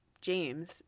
James